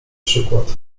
przykład